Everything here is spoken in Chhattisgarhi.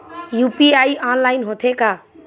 यू.पी.आई ऑनलाइन होथे का?